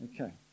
Okay